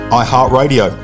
iHeartRadio